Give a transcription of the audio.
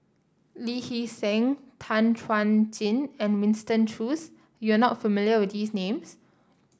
Lee Hee Seng Tan Chuan Jin and Winston Choos you are not familiar with these names